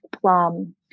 plum